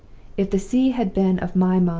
if the sea had been of my mind,